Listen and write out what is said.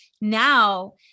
now